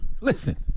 Listen